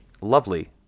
lovely